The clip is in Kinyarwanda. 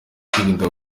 kwirinda